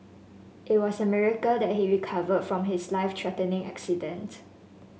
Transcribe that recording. it was a miracle that he recovered from his life threatening accident